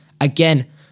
Again